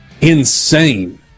insane